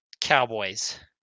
Cowboys